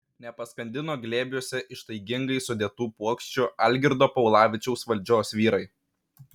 nepaskandino glėbiuose ištaigingai sudėtų puokščių algirdo paulavičiaus valdžios vyrai